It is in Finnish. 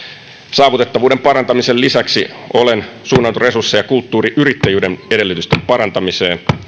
saavutettavuuden parantamisen lisäksi olen suunnannut resursseja kulttuuriyrittäjyyden edellytysten parantamiseen vuonna